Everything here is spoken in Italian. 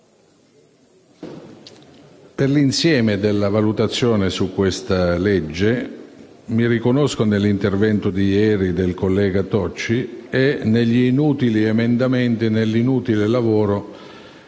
Per l'insieme della valutazione su questo disegno di legge, mi riconosco nell'intervento di ieri del collega Tocci, negli inutili emendamenti e nell'inutile lavoro